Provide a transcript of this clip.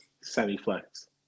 semi-flex